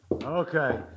Okay